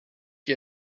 qui